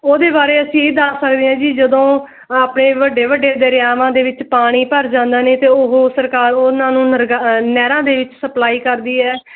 ਉਹਦੇ ਬਾਰੇ ਅਸੀਂ ਇਹ ਦੱਸ ਸਕਦੇ ਹਾਂ ਜੀ ਜਦੋਂ ਆਪਣੇ ਵੱਡੇ ਵੱਡੇ ਦਰਿਆਵਾਂ ਦੇ ਵਿੱਚ ਪਾਣੀ ਭਰ ਜਾਂਦਾ ਨੇ ਤਾਂ ਉਹ ਸਰਕਾਰ ਉਹਨਾਂ ਨੂੰ ਨਰਗਾ ਨਹਿਰਾਂ ਦੇ ਵਿੱਚ ਸਪਲਾਈ ਕਰਦੀ ਹੈ